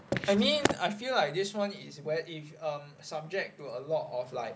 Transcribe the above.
I mean I feel like this [one] is where if um subject to a lot of like